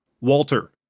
Walter